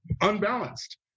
unbalanced